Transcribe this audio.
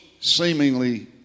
seemingly